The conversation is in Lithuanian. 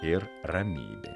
ir ramybė